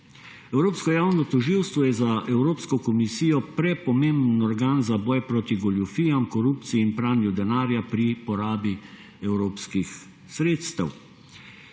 Evropsko javno tožilstvo je za Evropsko komisijo prepomemben organ za boj proti goljufijam, korupciji in pranju denarja pri porabi evropskih sredstev.